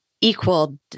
equal